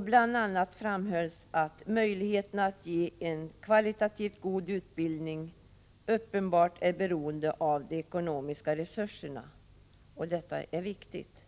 Bl. a. framhölls att möjligheterna att ge en kvalitativt god utbildning uppenbart är beroende av de ekonomiska resurserna. Detta är viktigt.